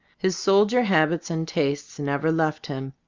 his soldier habits and tastes never left him.